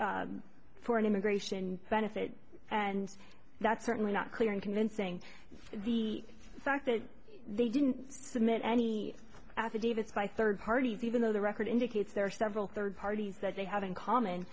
him for an immigration benefit and that's certainly not clear and convincing the fact that they didn't submit any affidavits by third parties even though the record indicates there are several third parties that they have in common